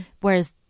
Whereas